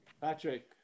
Patrick